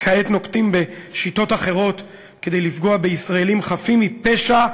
וכעת נוקטים שיטות אחרות כדי לפגוע בישראלים חפים מפשע,